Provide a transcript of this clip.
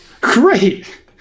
Great